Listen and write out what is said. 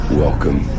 welcome